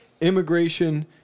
immigration